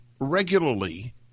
regularly